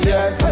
Yes